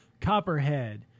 Copperhead